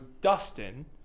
Dustin